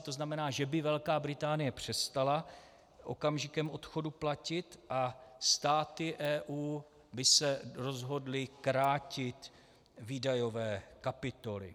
To znamená, že by Velká Británie přestala okamžikem odchodu platit a státy EU by se rozhodly krátit výdajové kapitoly.